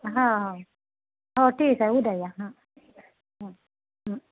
हा ह हो ठीक आहे उद्या या हां